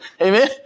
Amen